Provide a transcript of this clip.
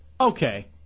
Okay